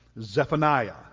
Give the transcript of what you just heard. Zephaniah